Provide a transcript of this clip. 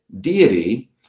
deity